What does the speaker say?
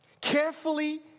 Carefully